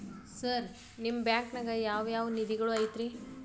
Sir ನಿಮ್ಮ ಬ್ಯಾಂಕನಾಗ ಯಾವ್ ಯಾವ ನಿಧಿಗಳು ಐತ್ರಿ?